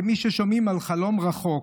כמי ששומעים על חלום רחוק.